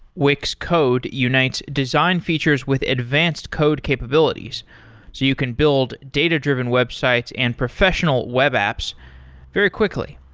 wix code unites design features with advanced code capabilities, so you can build data-driven websites and professional web apps very quickly.